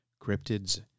cryptids